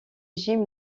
jim